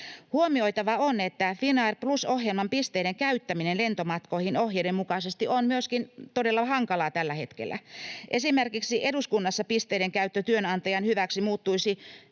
Huomioitavaa on, että Finnair Plus ‑ohjelman pisteiden käyttäminen lentomatkoihin ohjeiden mukaisesti on myöskin todella hankalaa tällä hetkellä. Esimerkiksi eduskunnassa pisteiden käyttö työnantajan hyväksi muuttuisi